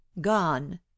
Gone